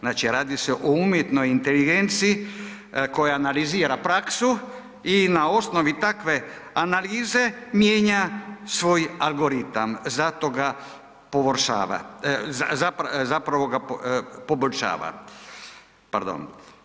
Znači, radi se o umjetnoj inteligenciji koja analizira praksu i na osnovi takve analize mijenja svoj algoritam, zato ga pogoršava, zapravo ga poboljšava, pardon.